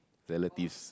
relatives